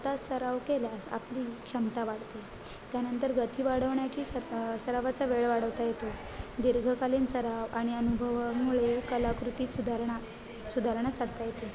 तास सराव केल्यास आपली क्षमता वाढते त्यानंतर गती वाढवण्याची स सरावाचा वेळ वाढवता येतो दीर्घकालीन सराव आणि अनुभवामुळे कलाकृतीत सुधारणा सुधारणा साधता येते